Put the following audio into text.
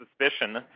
suspicion